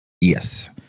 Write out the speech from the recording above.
Yes